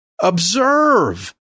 observe